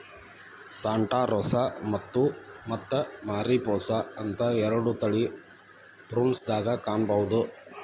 Santa Rosa ಮತ್ತ Mariposa ಅಂತ ಎರಡು ತಳಿ ಪ್ರುನ್ಸ್ ದಾಗ ಕಾಣಬಹುದ